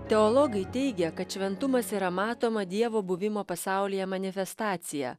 teologai teigia kad šventumas yra matoma dievo buvimo pasaulyje manifestacija